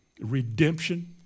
Redemption